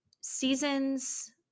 seasons